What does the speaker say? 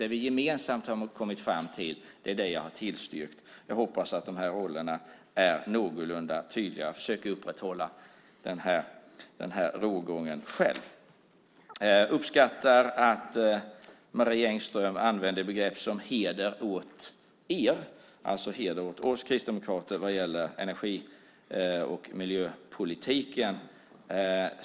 Det vi gemensamt har kommit fram till är det jag har tillstyrkt. Jag hoppas att de här rollerna är någorlunda tydliga. Jag försöker att upprätthålla den rågången själv. Jag uppskattar att Marie Engström säger "Heder åt er!". Det var alltså heder åt oss kristdemokrater vad gäller energi och miljöpolitiken.